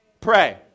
pray